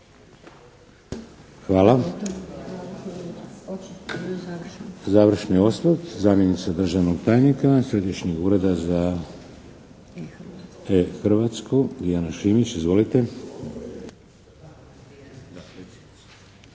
Hvala. Završni osvrt zamjenice državnog tajnika Središnjeg ureda za E-Hrvatsku Dijana Šimić. Izvolite.